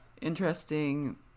Interesting